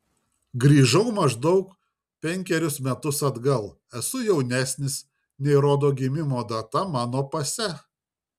grįžau maždaug penkerius metus atgal esu jaunesnis nei rodo gimimo data mano pase